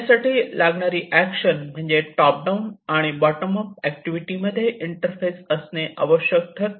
यासाठीची लागणारी एक्शन म्हणजे टॉप डाउन आणि बॉटम अप ऍक्टिव्हिटी मध्ये इंटरफेस असणे आवश्यक ठरते